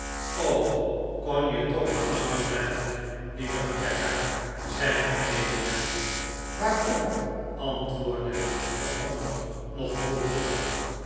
kon je toch maar langer blijven lieve rebecca zeide amelia waarom antwoordde de andere nog droeviger